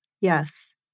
Yes